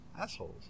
assholes